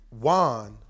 Juan